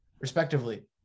respectively